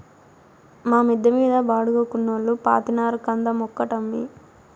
మా మిద్ద మీద బాడుగకున్నోల్లు పాతినారు కంద మొక్కటమ్మీ